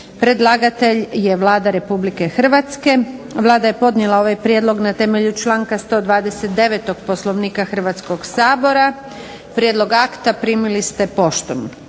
Predlagatelj je Vlada Republike Hrvatske. Vlada je podnijela ovaj prijedlog na temelju članka 129. Poslovnika Hrvatskoga sabora. Prijedlog akta primili ste poštom.